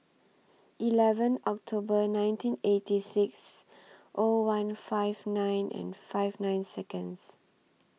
eleven October nineteen eighty six O one five nine and five nine Seconds